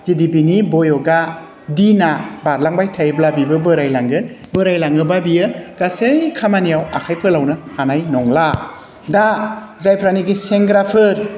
जुदि बिनि बयखआ दिनआ बारलांबाय थायोब्ला बिबो बोरायलांगोन बोरायलाङोबा बियो गासै खामानियाव आखाइ फोलावनो हानाय नंला दा जायफ्रानिकि सेंग्राफोर